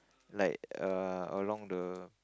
like err along the